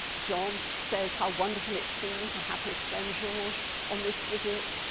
jean um says how wonderful it's been to have his friend georges on this visit.